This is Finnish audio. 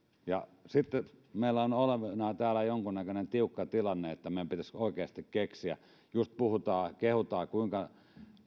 ja sitten meillä on olevinaan täällä jonkunnäköinen tiukka tilanne että meidän pitäisi oikeasti keksiä just puhutaan kehutaan kuinka